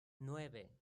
nueve